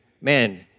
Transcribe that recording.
Man